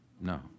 No